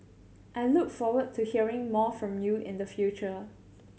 I look forward to hearing more from you in the future